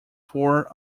four